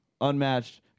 unmatched